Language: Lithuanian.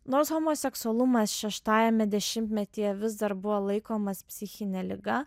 nors homoseksualumas šeštajame dešimtmetyje vis dar buvo laikomas psichine liga